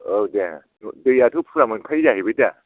औ दे दैयाथ' फुरा मोनखायो जाहैबाय दा